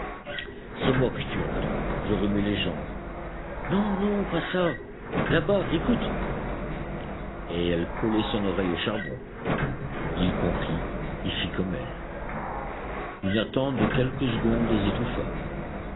c'est moi que tu entends je remue les jambes non non pas ça là-bas écoute et elle collait son oreille au charbon il comprit il fit comme elle une attente de quelques secondes les étouffa